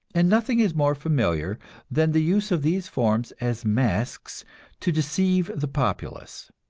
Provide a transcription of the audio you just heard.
and nothing is more familiar than the use of these forms as masks to deceive the populace.